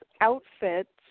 outfits